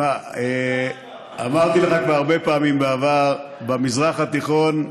שמע, אמרתי לך כבר הרבה פעמים בעבר: במזרח התיכון,